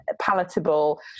palatable